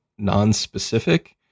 nonspecific